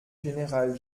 général